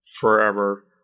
forever